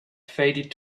faded